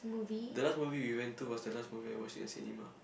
the last movie we went to was the last movie I watched in a cinema